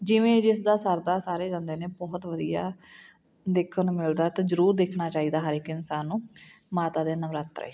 ਜਿਵੇਂ ਜਿਸ ਦਾ ਸਰਦਾ ਸਾਰੇ ਜਾਂਦੇ ਨੇ ਬਹੁਤ ਵਧੀਆ ਦੇਖਣ ਨੂੰ ਮਿਲਦਾ ਤਾਂ ਜ਼ਰੂਰ ਦੇਖਣਾ ਚਾਹੀਦਾ ਹਰ ਇੱਕ ਇਨਸਾਨ ਨੂੰ ਮਾਤਾ ਦੇ ਨਵਰਾਤਰੇ